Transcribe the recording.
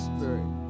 Spirit